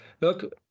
look